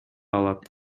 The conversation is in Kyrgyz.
алат